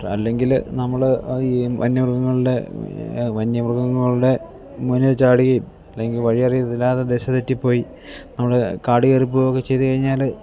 അല്ലെങ്കിൽ നമ്മൾ ഈ വന്യ മൃഗങ്ങളുടെ വന്യ മൃഗങ്ങളുടെ മുന്നിൽ ചാടുകയും അല്ലെങ്കിൽ വഴിയറിത്തില്ലാതെ ദിശ തെറ്റിപ്പോയി നമ്മൾ കാടുകയറിപ്പോവുകയൊക്കെ ചെയ്തുകഴിഞ്ഞാൽ